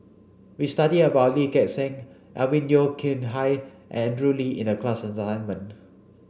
we studied about Lee Gek Seng Alvin Yeo Khirn Hai and Andrew Lee in the class assignment